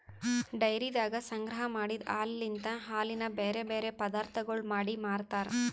ಡೈರಿದಾಗ ಸಂಗ್ರಹ ಮಾಡಿದ್ ಹಾಲಲಿಂತ್ ಹಾಲಿನ ಬ್ಯಾರೆ ಬ್ಯಾರೆ ಪದಾರ್ಥಗೊಳ್ ಮಾಡಿ ಮಾರ್ತಾರ್